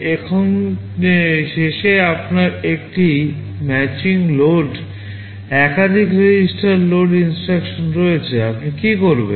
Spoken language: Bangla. এখন শেষে আপনার একটি ম্যাচিং লোড একাধিক রেজিস্টার লোড INSTRUCTION রয়েছে আপনি কী করবেন